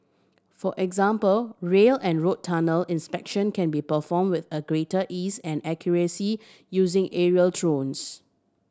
for example rail and road tunnel inspection can be performed with a greater ease and accuracy using aerial drones